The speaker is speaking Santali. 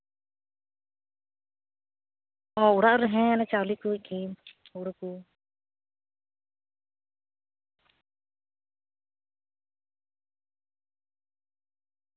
ᱚᱲᱟᱜ ᱨᱮ ᱦᱮᱸ ᱪᱟᱣᱞᱮ ᱠᱚ ᱜᱮ ᱦᱩᱲᱩ ᱠᱚ